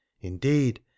indeed